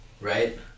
Right